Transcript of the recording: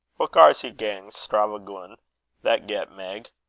what gars ye gang stravaguin' that get, meg,